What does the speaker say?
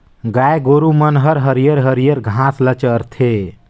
गाय गोरु मन हर हरियर हरियर घास ल चरथे